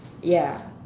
ya